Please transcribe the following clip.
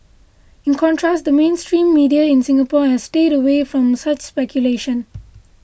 in contrast the mainstream media in Singapore has stayed away from such speculation